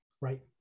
Right